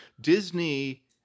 Disney